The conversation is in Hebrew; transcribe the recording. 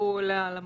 ההסתייגות נדחתה.